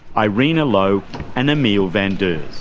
ah irina low and emil van deurse.